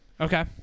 Okay